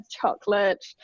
chocolate